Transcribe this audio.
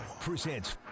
presents